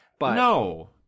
No